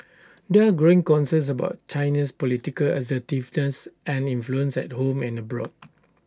there are growing concerns about China's political assertiveness and influence at home and abroad